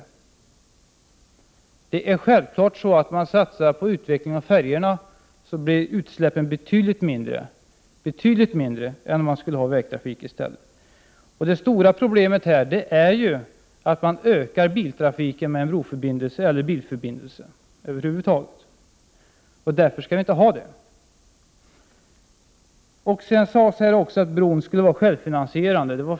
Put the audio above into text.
Det är självklart att om man satsar på utveckling av färjorna, så blir utsläppen betydligt mindre än om man skulle ha vägtrafik. Det stora problemet är ju att biltrafiken över huvud taget ökar, om vi får en broförbindelse. Därför skall vi inte ha någon bro. Det sades också att bron skulle vara självfinansierande.